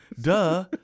Duh